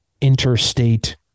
interstate